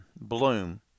bloom